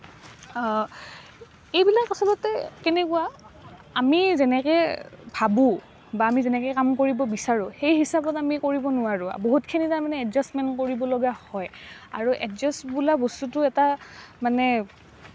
এইবিলাক আচলতে কেনেকুৱা আমি যেনেকৈ ভাবোঁ বা আমি যেনেকৈ কাম কৰিব বিচাৰোঁ সেই হিচাপত আমি কৰিব নোৱাৰোঁ বহুতখিনি তাৰমানে এডজাষ্টমেণ্ট কৰিবলগা হয় আৰু এডজাষ্ট বোলা বস্তুটো এটা মানে